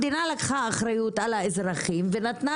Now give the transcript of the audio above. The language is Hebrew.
המדינה לקחה אחריות על האזרחים ונתנה